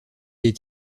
est